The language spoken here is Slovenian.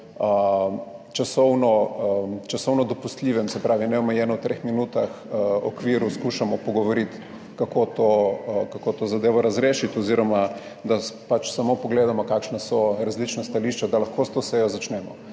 časovno dopustljivem, se pravi neomejeno v treh minutah okviru skušamo pogovoriti kako to zadevo razrešiti oziroma, da pač samo pogledamo kakšna so različna stališča, da lahko s to sejo začnemo.